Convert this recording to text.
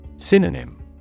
Synonym